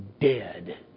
dead